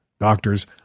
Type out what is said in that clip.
doctors